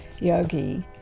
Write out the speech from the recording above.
Yogi